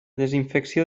desinfecció